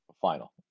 final